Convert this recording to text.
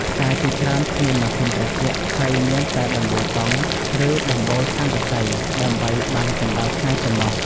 ផ្សារជាច្រើនគ្មានម៉ាស៊ីនត្រជាក់ ហើយមានតែដំបូលតង់ ឬដំបូលស័ង្កសីដើម្បីបាំងកម្ដៅថ្ងៃប៉ុណ្ណោះ។